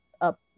up